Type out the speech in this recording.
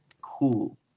cool